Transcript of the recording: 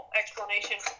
explanation